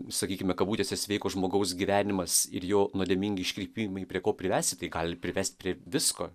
sakykime kabutėse sveiko žmogaus gyvenimas ir jo nuodėmingi iškrypimai prie ko privesti tai gali privest prie visko